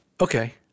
Okay